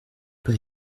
pas